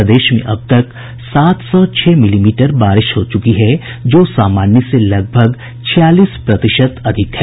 प्रदेश में अब तक सात सौ छह मिलीमीटर बारिश हो चुकी है जो सामान्य से लगभग छियालीस प्रतिशत अधिक है